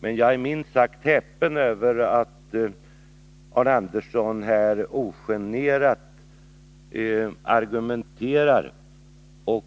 Men jag är minst sagt häpen över att Arne Andersson ogenerat och